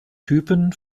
typen